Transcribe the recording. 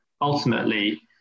ultimately